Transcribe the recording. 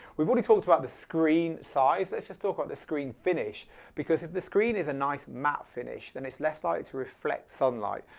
we've already talked about the screen size. let's just talk about the screen finish because if the screen is a nice matte finish then it's less light it's reflect sunlight.